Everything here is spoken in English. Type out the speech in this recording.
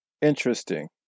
interesting